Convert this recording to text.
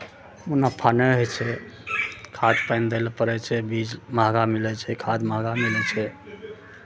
नफा नहि होइ छै खाद पानि दै लेल पड़ै छै बीज महगा मिलै छै खाद महगा मिलै छै